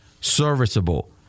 serviceable